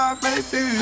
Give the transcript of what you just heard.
baby